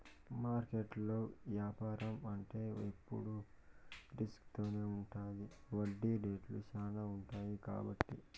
మార్కెట్లో యాపారం అంటే ఎప్పుడు రిస్క్ తోనే ఉంటది వడ్డీ రేట్లు శ్యానా ఉంటాయి కాబట్టి